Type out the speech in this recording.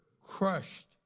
crushed